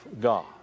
God